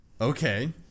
Okay